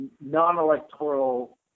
non-electoral